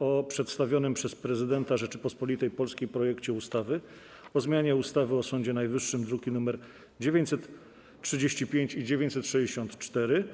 o przedstawionym przez Prezydenta Rzeczypospolitej Polskiej projekcie ustawy o zmianie ustawy o Sądzie Najwyższym (druki nr 935 i 964)